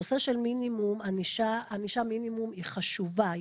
ענישה מינימום היא חשובה.